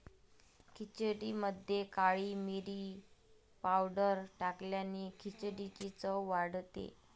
खिचडीमध्ये काळी मिरी पावडर टाकल्याने खिचडीची चव वाढते